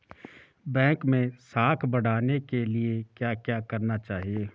Bank मैं साख बढ़ाने के लिए क्या क्या करना चाहिए?